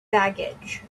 baggage